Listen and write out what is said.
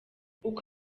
uko